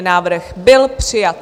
Návrh byl přijat.